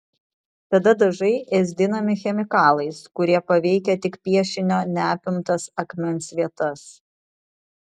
tada dažai ėsdinami chemikalais kurie paveikia tik piešinio neapimtas akmens vietas